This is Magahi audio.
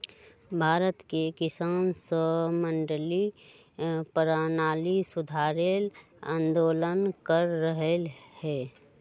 भारत के किसान स मंडी परणाली सुधारे ल आंदोलन कर रहल हए